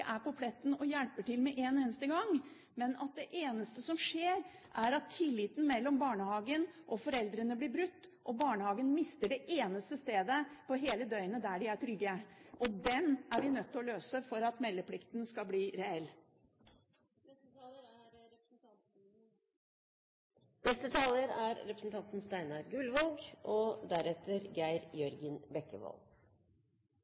er på pletten med hjelp med en eneste gang, at det eneste som skjer, er at tilliten mellom barnehagen og foreldrene blir brutt, og at barn mister det eneste stedet de er trygge i løpet av hele døgnet. Det er vi nødt til å løse for at meldeplikten skal bli reell.